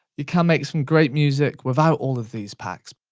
you can make some great music without all of these packs.